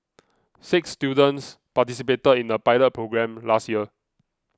six students participated in a pilot programme last year